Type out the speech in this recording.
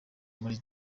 muri